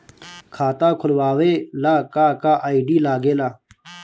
खाता खोलवावे ला का का आई.डी लागेला?